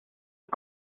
aux